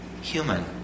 human